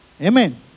Amen